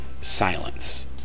silence